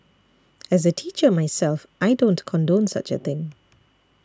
as a teacher myself I don't condone such a thing